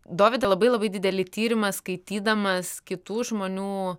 dovydą labai labai didelį tyrimą skaitydamas kitų žmonių